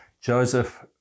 joseph